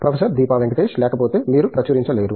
professor Deepa Venkatesh లేకపోతే మీరు ప్రచురించలేరు